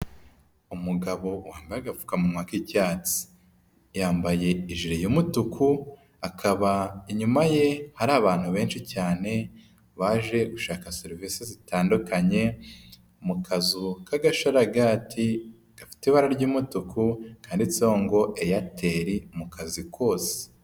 Umugabo wambaye agapfukamunwa k'icyatsi. Yambaye ijire y'umutuku, akaba inyuma ye hari abantu benshi cyane, baje gushaka serivisi zitandukanye mu kazu k'agasharagati, gafite ibara ry'umutuku, kanditseho ngo Eyateri mu kazi kose.